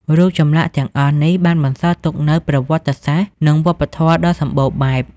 រូបចម្លាក់ទាំងអស់នេះបានបន្សល់ទុកនូវប្រវត្តិសាស្ត្រ និងវប្បធម៌ដ៏សម្បូរបែប។